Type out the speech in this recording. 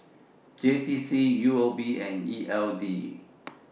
J T C U O B and E L D